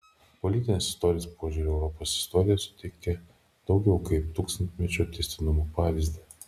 politinės istorijos požiūriu europos istorija suteikia daugiau kaip tūkstantmečio tęstinumo pavyzdį